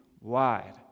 wide